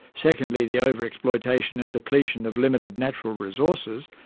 secondly the overexploitation and depletion of limited natural resources.